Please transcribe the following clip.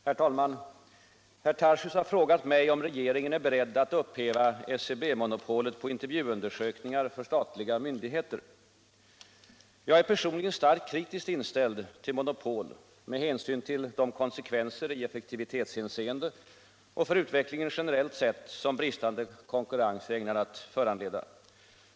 Herr talman! Herr Tarschys har frågat mig om regeringen är beredd att upphäva SCB-monopolet på intervjuundersökningar för statliga myndigheter. Jag är personligen starkt kritiskt inställd till monopol med hänsyn till de konsekvenser i effektivitetshänseende och för utvecklingen generellt sett som bristande konkurrens är ägnad att föranleda.